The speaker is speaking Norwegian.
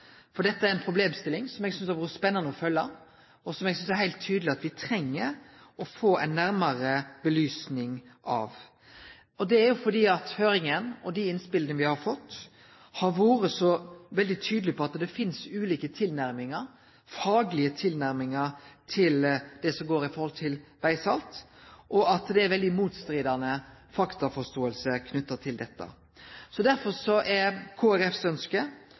av dette. Dette er ei problemstilling som eg synest det har vore spennande å følgje, og som eg synest det er heilt tydeleg at me treng å få ei nærare klargjering av. Det er fordi høyringa og dei innspela me har fått, har vore så veldig tydelege på at det finst ulike faglege tilnærmingar til det som går på vegsalt, og at det er veldig mostridande faktaforståing knytt til dette. Derfor er det Kristeleg Folkepartis ønske